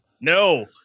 no